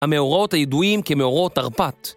המאורעות הידועים כמאורעות תרפ"ט.